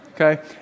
okay